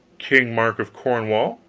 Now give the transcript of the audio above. king mark of cornwall.